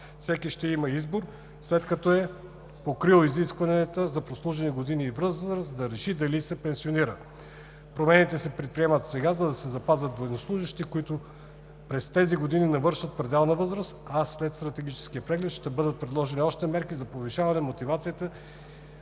Всеки ще има избор, след като е покрил изискванията за прослужени години и възраст, да реши дали да се пенсионира. Промените се предприемат сега, за да се запазят военнослужещи, които тази година навършват пределна възраст, а след Стратегическия преглед ще бъдат предложени още мерки за повишаване мотивацията